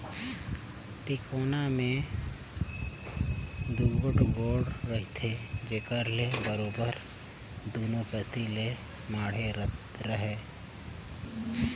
टेकोना मे दूगोट गोड़ा रहथे जेकर ले बरोबेर दूनो कती ले माढ़े रहें